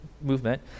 movement